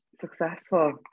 successful